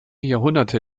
jahrhunderte